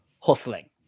hustling